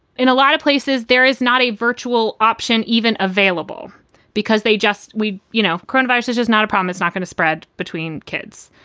in a lot of places, there is not a virtual option even available because they just we you know coronaviruses is not a problem, it's not going to spread between kids.